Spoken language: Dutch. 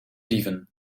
dieven